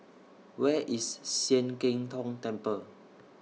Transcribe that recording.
Where IS Sian Keng Tong Temple